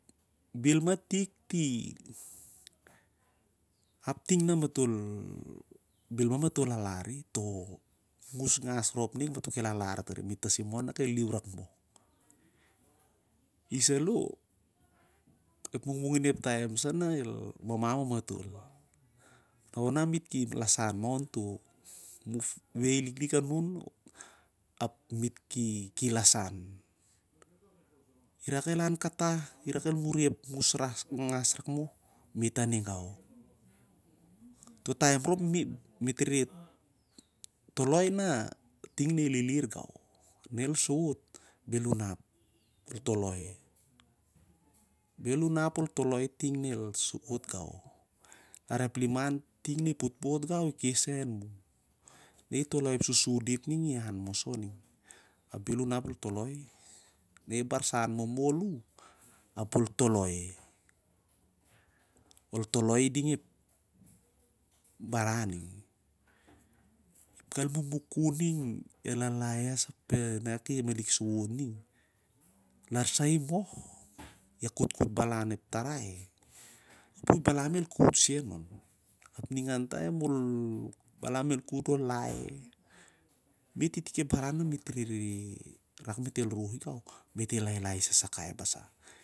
Bel matik i, ap ting na matol bel mah matol lalari mah toh deh ngas rop ning matah kel lalari lar mato tasim on nak el liu rak moh ap i saloh ep mungmungin ep taem sa na el mamam on matol. Na ona me't ki lasan ma on to mu o wei liklik anun ap me't ki lasan. Irak kel lan katah? Jiak ep muri ep is ngas rak moh ning? Me't aning gau. A to taem rop me't el toloi na ting na i lilir gau ma na el souwo't be'l unap ol toloi ting na i souwo't lau garep liman ting nai souwo't gau ipo'tpo't sai an mung, na i toloi iding ep baran ning. Kal mumukun ning el lalaes na kel malik souwo't lik. Larsa imoh, i akutkut ep balan ep tarai apu ep balam el kut sen on. Ningan taem ep balam el kut on ap ol laie. Me't itik baran na me't el rohi on me't el lailai sasakai basa-